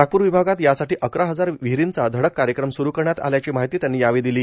नागपूर विभागात यासाठी अकरा हजार विहिरींचा धडक कार्यक्रम स्रू करण्यात आल्याची माहिती त्यांनी यावेळी दिली